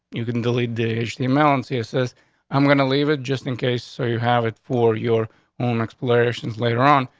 you couldn't delete the html unsee. it says i'm gonna leave it just in case so you have it for your own explorations later on.